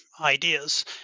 ideas